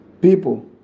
People